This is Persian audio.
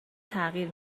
تغییر